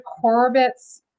Corbett's